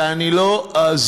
ואני לא אעזוב,